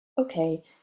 okay